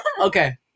Okay